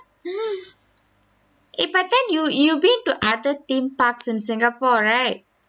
eh but then you you been to other theme parks in singapore right